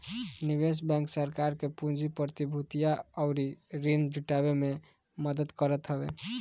निवेश बैंक सरकार के पूंजी, प्रतिभूतियां अउरी ऋण जुटाए में मदद करत हवे